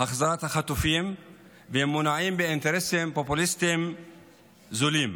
החזרת החטופים והם מונעים מאינטרסים פופוליסטיים זולים,